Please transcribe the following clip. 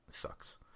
sucks